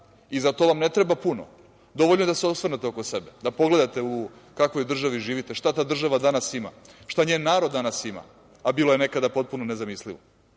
i za to vam ne treba puno. Dovoljno je da se osvrnete oko sebe, da pogledate u kakvoj državi živite, šta ta država danas ima, šta njen narod danas ima, a bilo je nekada potpuno nezamislivo.